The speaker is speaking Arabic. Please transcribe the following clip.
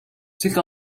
تلك